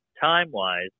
time-wise